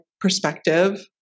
perspective